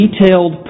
detailed